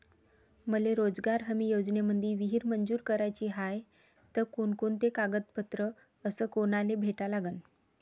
मले रोजगार हमी योजनेमंदी विहीर मंजूर कराची हाये त कोनकोनते कागदपत्र अस कोनाले भेटा लागन?